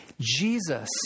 Jesus